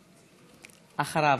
מקרי, אקראי,